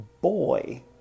boy